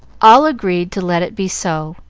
all agreed to let it be so,